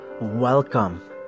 Welcome